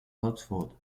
oxford